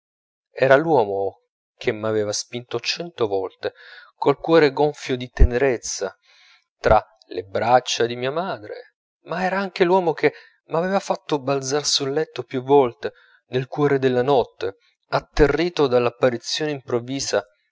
era l'uomo che m'aveva spinto cento volte col cuore gonfio di tenerezza tra le braccia di mia madre ma era anche l'uomo che m'aveva fatto balzar sul letto più volte nel cuor della notte atterrito dall'apparizione improvvisa